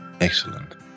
excellent